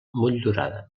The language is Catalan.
motllurada